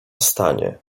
stanie